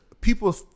people